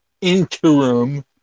interim